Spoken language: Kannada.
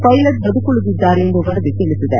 ಪೈಲಟ್ ಬದುಕುಳಿದಿದ್ದಾರೆ ಎಂದು ವರದಿ ತಿಳಿಸಿದೆ